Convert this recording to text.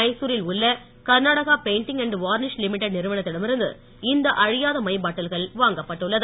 மைசூரில் உள்ள Karnataka painting varnish limited நிறுவனத்திடமிருந்து இந்த அழியாத மை பாட்டில்கள் வாங்கப்பட்டுள்ளது